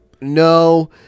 no